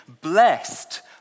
blessed